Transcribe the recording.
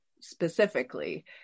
specifically